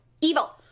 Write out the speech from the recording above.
evil